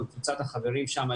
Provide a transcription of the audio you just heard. וקבוצת החברים שם.